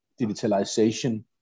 digitalization